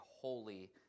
holy